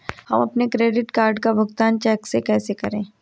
हम अपने credit card का भुगतान चेक से कैसे करें?